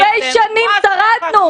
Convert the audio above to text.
אלפי שנים שרדנו.